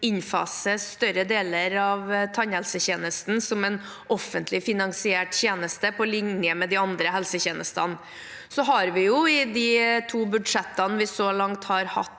innfase større deler av tannhelsetjenesten som en offentlig finansiert tjeneste på linje med de andre helsetjenestene. I de to budsjettene som vi så langt har hatt